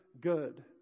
good